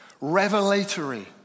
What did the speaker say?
revelatory